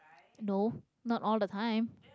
no not all the time